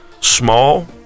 small